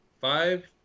five